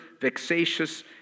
vexatious